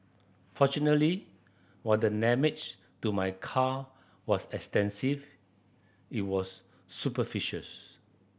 fortunately while the damage to my car was extensive it was superficials